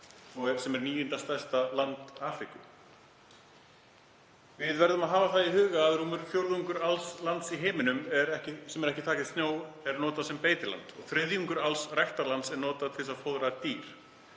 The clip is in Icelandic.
sem er níunda stærsta land Afríku. Við verðum að hafa það í huga að rúmur fjórðungur alls lands í heiminum sem ekki er þakið snjó er notað sem beitiland. Þriðjungur alls ræktarlands er notað til þess að fóðra dýr.